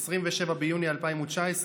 27 ביוני 2019,